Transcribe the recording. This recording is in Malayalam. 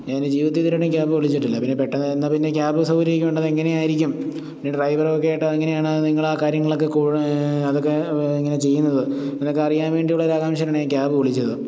ഞാനെൻ്റെ ജീവിതത്തിലിതുവരെയായിട്ടും ക്യാബ് വിളിച്ചിട്ടില്ല പിന്നെ പെട്ടെന്ന് എന്ന പിന്നെ ക്യാബ് സൗകര്യമൊക്കെ ഉണ്ടത് എങ്ങനെയൊക്കെ ആയിരിക്കും ഇതിൻ്റെ ഡ്രൈവറൊക്കെ ആയിട്ട് എങ്ങനെയാണ് നിങ്ങളാ കാര്യങ്ങളൊക്കെ കൂ അതൊക്കെ അങ്ങനെ ചെയ്യുന്നത് എന്നൊക്കെ അറിയാൻ വേണ്ടിയുള്ളൊരാകാംക്ഷയിലാണ് ഞാൻ ക്യാബ് വിളിച്ചത്